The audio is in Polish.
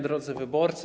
Drodzy Wyborcy!